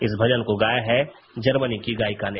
इस भजन को गाया है जर्मनी की गायिका ने